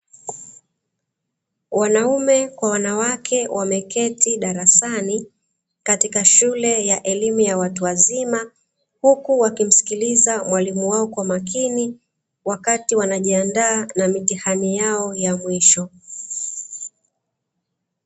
Wanaume kwa wanawake wameketi darasani katika shule ya elimu ya watu wazima, huku wakimsikiliza mwalimu wao kwa makini wakati wanajiandaa na mitihani yao ya mwisho.